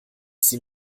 sie